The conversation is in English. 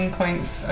points